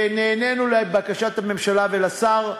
ונענינו לבקשת הממשלה ולשר,